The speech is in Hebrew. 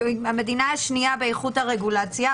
שהיא המדינה השנייה באיכות הרגולציה,